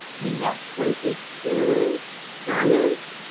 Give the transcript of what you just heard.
we have twenty two comments.